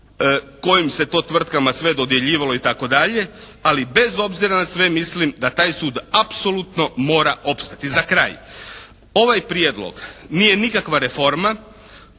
Kojim se to tvrtkama sve dodjeljivalo i tako dalje. Ali bez obzira na sve mislim da taj sud apsolutno mora opstati. Za kraj, ovaj prijedlog nije nikakva reforma.